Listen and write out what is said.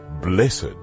Blessed